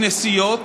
וכנסיות,